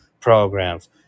programs